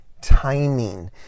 timing